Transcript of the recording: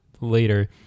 later